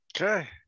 Okay